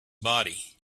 body